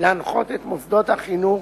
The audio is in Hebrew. להנחות את מוסדות החינוך,